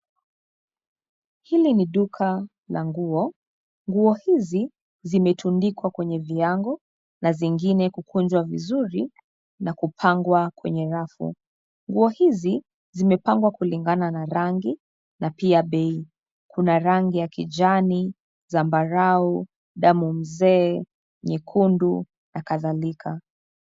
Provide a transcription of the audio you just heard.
Hili ni duka la nguo, nguo hizi zimetundikwa kwenye viango na zingine kukunjwa vizuri na kupangwa kwenye rafu. Nguo hizi zimepangwa kulingana na rangi na pia bei. Kuna rangi ya kijani, zambarau, damu mzee, nyekundu na kadhalika.